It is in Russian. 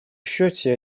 счете